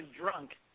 drunk